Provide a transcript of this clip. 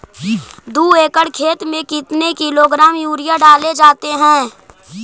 दू एकड़ खेत में कितने किलोग्राम यूरिया डाले जाते हैं?